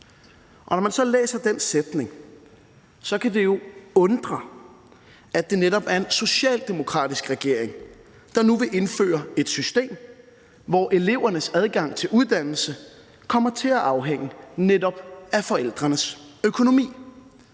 Når man så læser den sætning, kan det jo undre, at det netop er en socialdemokratisk regering, der nu vil indføre et system, hvor elevernes adgang til uddannelse kommer til at afhænge netop af forældrenes økonomi.